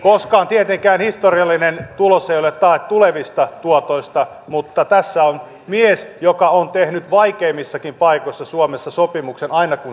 koskaan tietenkään historiallinen tulos ei ole tae tulevista tuotoista mutta tässä on mies joka on tehnyt vaikeimmissakin paikoissa suomessa sopimuksen aina kun se on tarvittu